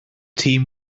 team